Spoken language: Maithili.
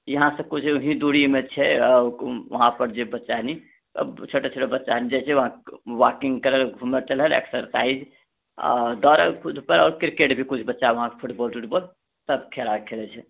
यहाँसँ किछु ही दुरीमे छै वहाँ पर जे बच्चा यानी छोटा छोटा बच्चा वहाँ जे छै वाकिंग करए घूमऽ टहलऽ एक्सरसाइज दौड़ कूद आओर क्रिकेट भी किछु बच्चा वहाँ फुटबॉल टुटबॉल सब खेला खेलए छै